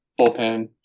bullpen